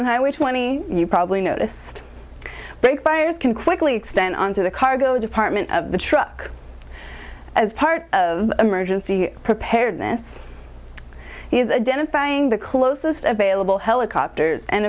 on highway twenty you probably noticed brake fires can quickly extent onto the cargo department of the truck as part of emergency preparedness is identifying the closest available helicopters and